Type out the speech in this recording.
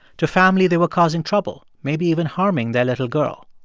to family, they were causing trouble, maybe even harming their little girl.